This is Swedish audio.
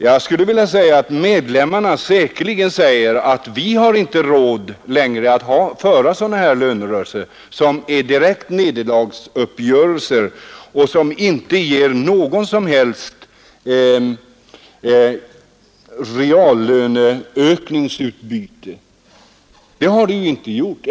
Då vill jag säga att medlemmarna säkerligen anser att de inte har råd att längre föra sådana lönerörelser som resulterar i direkta nederlagsuppgörelser vilka inte ger något som helst utbyte reallönemässigt. Det har de nämligen inte gjort.